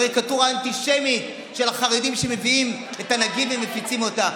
קריקטורה אנטישמית של החרדים שמביאים את הנגיף ומפיצים אותו.